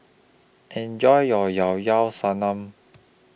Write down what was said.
Enjoy your Llao Llao Sanum